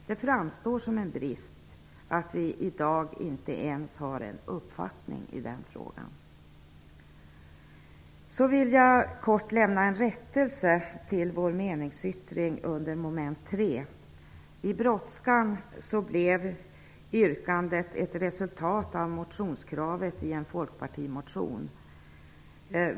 Det framstår som en brist att vi i dag inte ens har en uppfattning i den frågan. Jag vill kort lämna en rättelse till vår meningsyttring beträffande mom. 3. I brådskan blev yrkandet ett resultat av motionskravet i en folkpartimotion.